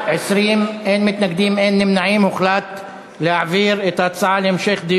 ההצעה להעביר את הצעת חוק חניה לנכים (תיקון,